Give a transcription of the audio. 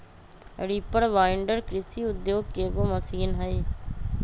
reaper binder कृषि उद्योग के एगो मशीन हई